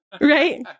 Right